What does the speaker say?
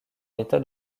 état